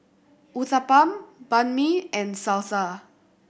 Uthapam Banh Mi and Salsa